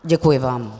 Děkuji vám.